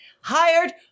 hired